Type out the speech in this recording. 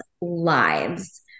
lives